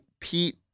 Pete